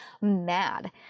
mad